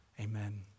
amen